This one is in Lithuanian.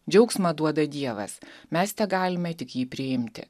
džiaugsmą duoda dievas mes tegalime tik jį priimti